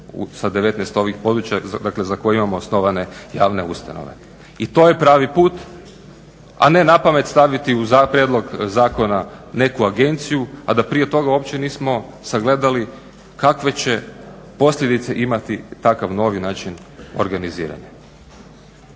sa 19 ovih područja za koje imamo osnovane javne ustanove? I to je pravi put, a ne na pamet staviti u prijedlog zakona neku agenciju a da prije toga uopće nismo sagledali kakve će posljedice imati takav novi način organiziranja.